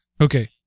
okay